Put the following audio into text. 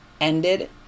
ended